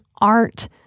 art